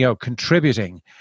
contributing